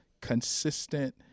consistent